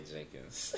Jenkins